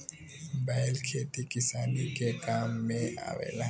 बैल खेती किसानी के काम में आवेला